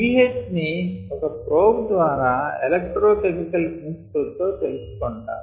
pH ని ఒక probe ద్వారా ఎలెక్రో కెమికల్ ప్రిన్సిపుల్ తో తెలిసికొంటారు